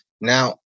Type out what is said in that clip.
now